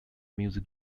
music